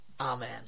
Amen